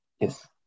Yes